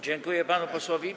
Dziękuję panu posłowi.